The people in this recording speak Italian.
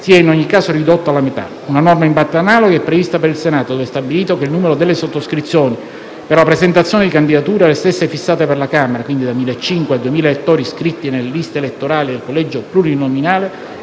sia in ogni caso ridotto alla metà. Una norma in parte analoga è prevista per il Senato, dove è stabilito che il numero delle sottoscrizioni per la presentazione di candidature (le stesse fissate per la Camera, quindi da 1.500 a 2.000 elettori iscritti nelle liste elettorali del collegio plurinominale)